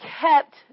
kept